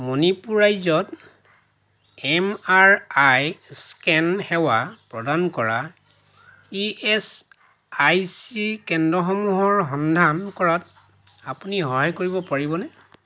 মণিপুৰ ৰাজ্যত M R I scan সেৱা প্ৰদান কৰা ই এচ আই চি কেন্দ্ৰসমূহৰ সন্ধান কৰাত আপুনি সহায় কৰিব পাৰিবনে